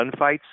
gunfights